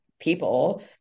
people